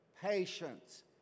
patience